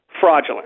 fraudulent